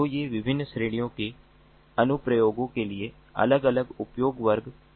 तो ये विभिन्न श्रेणियों के अनुप्रयोगों के लिए अलग अलग उपयोग वर्ग हैं